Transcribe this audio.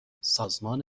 سازمان